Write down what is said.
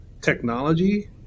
technology